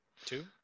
Two